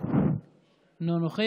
אינו נוכח,